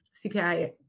CPI